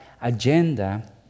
agenda